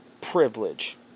privilege